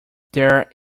there